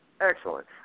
excellent